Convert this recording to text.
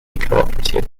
cooperative